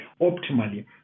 optimally